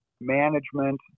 management